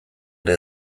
ere